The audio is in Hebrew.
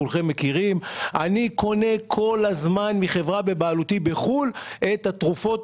כולכם מכירים אני קונה כל הזמן מחברה בבעלותי בחו"ל את התרופות,